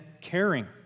caring